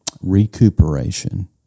recuperation